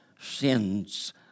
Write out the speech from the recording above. sins